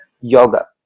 yoga